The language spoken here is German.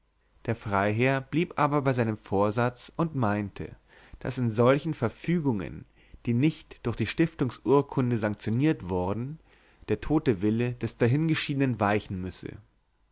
der freiherr blieb aber bei seinem vorsatz und meinte daß in solchen verfügungen die nicht durch die stiftungsurkunde sanktioniert worden der tote wille des dahingeschiedenen weichen müsse